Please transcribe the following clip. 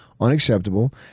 unacceptable